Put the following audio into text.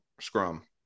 scrum